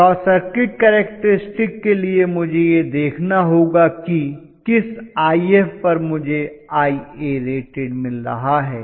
short circuit characteristic के लिए मुझे यह देखना होगा कि किस If पर मुझे Iarated मिल रहा है